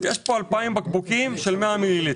יש כאן 2,000 בקבוקים של 100 מיליליטר.